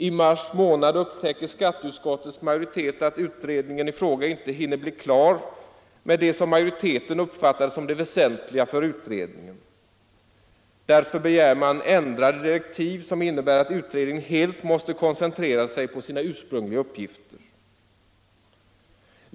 I mars månad upptäcker skatteutskottets majoritet att utredningen i fråga inte hinner bli klar med det som majoriteten uppfattar som det väsentliga för utredningen. Därför begär man ändrade direktiv som innebär att utredningen helt måste koncentrera sig på sina ursprungliga uppgifter.